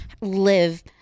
live